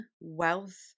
wealth